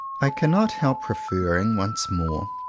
i cannot help referring, once more,